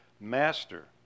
Master